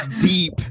deep